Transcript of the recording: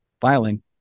filing